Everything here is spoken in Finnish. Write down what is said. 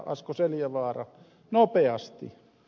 asko seljavaara nopeasti